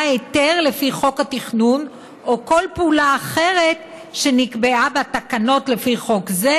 היתר לפי חוק התכנון או כל פעולה אחרת שנקבעה בתקנות לפי חוק זה,